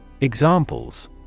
Examples